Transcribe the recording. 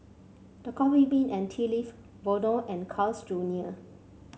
The Coffee Bean and Tea Leaf Vono and Carl's Junior